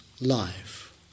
life